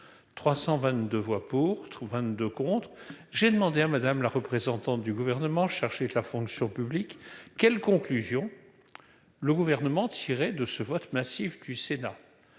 322 voix pour tous 22 contre, j'ai demandé à Madame, la représentante du gouvernement cherché que la fonction publique, quelles conclusions le gouvernement tirer de ce vote massif du Sénat,